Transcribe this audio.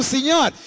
Senhor